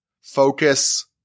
focus